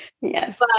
Yes